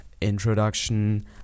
introduction